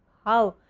how,